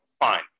fine